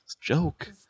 joke